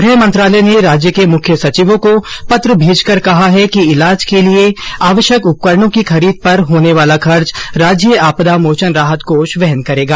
गृह मंत्रालय ने राज्य के मुख्य सचिवों को पत्र भेजकर कहा है कि इलाज के लिए आवश्यक उपकरणों की खरीद पर होने वाला खर्च राज्य आपदा मोचन राहत कोष वहन करेगा